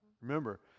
Remember